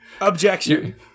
Objection